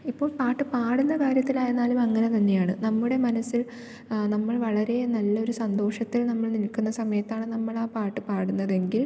ഇപ്പോൾ പാട്ട് പാടുന്ന കാര്യത്തിലായിരുന്നാലും അങ്ങനെ തന്നെയാണ് നമ്മുടെ മനസ്സിൽ നമ്മൾ വളരെ നല്ലൊരു സന്തോഷത്തിൽ നമ്മൾ നിൽക്കുന്ന സമയത്താണ് നമ്മൾ ആ പാട്ട് പാടുന്നതെങ്കിൽ